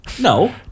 No